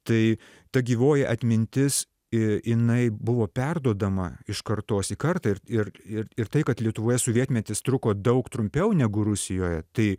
tai ta gyvoji atmintis ir jinai buvo perduodama iš kartos į kartą ir ir ir ir tai kad lietuvoje sovietmetis truko daug trumpiau negu rusijoje tai